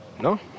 No